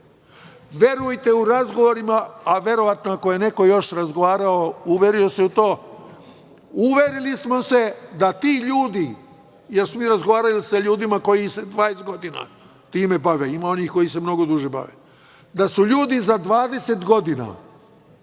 Verujete u razgovorima, a verovatno ako je neko još razgovarao, uverio se u to, uverili smo se da ti ljudi, jer smo razgovarali sa ljudima koji se 20 godina time bave, ima onih koji se mnogo duže bave, da su ljudi za 20 godina